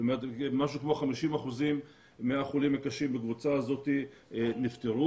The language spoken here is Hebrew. משהו כמו 50% מהחולים הקשים בקבוצה הזאת נפטרו